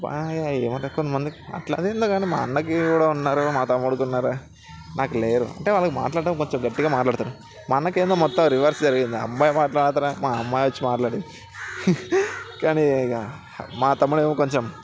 అబ్బా అదేందో కానీ మా అన్నకి కూడా ఉన్నారు మా తమ్ముడికి ఉన్నారు కానీ నాకు లేరు అంటే వాళ్ళు మాట్లాడ్డం కొంచెం గట్టిగా మాట్లాడుతారు మా అన్నకి ఏమో మొత్తం రివర్స్ జరిగింది అమ్మాయి మాట్లాడదు రా అంటే అమ్మాయి వచ్చి మాట్లాడింది ఇట్లనే ఇహ మా తమ్ముడేమో కొంచెం